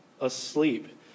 asleep